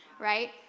right